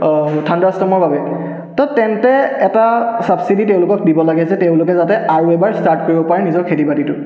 থাণ্ডাৰষ্টৰ্মৰ বাবে তাত তেন্তে এটা ছাবছিডি তেওঁলোকক দিব লাগে যে তেওঁলোকে যাতে আৰু এবাৰ ষ্টাৰ্ট কৰিব পাৰে নিজৰ খেতি বাতিটো